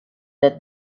that